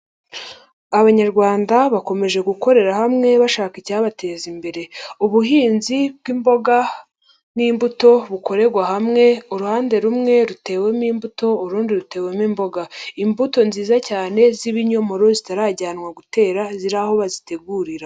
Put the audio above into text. Abanyarwanda bakomeje gukorera hamwe bashaka icyabateza imbere. Ubuhinzi bw'imboga n'imbuto bukorerwa hamwe, uruhande rumwe rutewemo imbuto urundi rutewemo imboga. Imbuto nziza cyane z'ibinyomoro zitarajyanwa guterwa ziri aho bazitegurira.